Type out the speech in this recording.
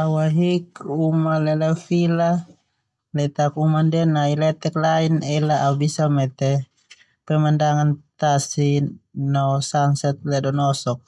Au ahik uma lelelo vila, letak uma ndia nai letek lain ela au bisa met pemandangan tasi no sunset ledonosok.